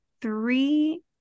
three